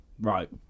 Right